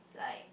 like